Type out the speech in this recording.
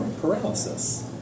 paralysis